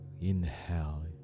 inhale